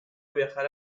viajar